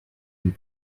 and